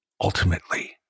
ultimately